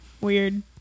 Weird